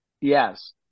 Yes